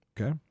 Okay